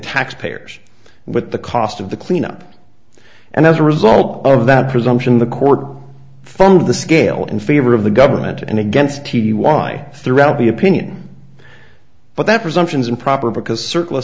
taxpayers with the cost of the cleanup and as a result of that presumption the court formed the scale in favor of the government and against t t y throughout the opinion but that presumption is improper because